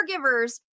caregivers